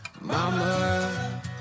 Mama